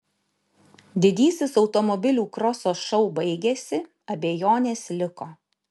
didysis automobilių kroso šou baigėsi abejonės liko